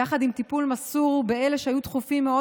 יחד עם טיפול מסור באלה שהיו דחופים מאוד,